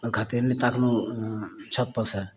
ओहि खातिर नहि ताकलहुँ एँ छत परसे